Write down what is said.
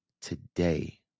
Today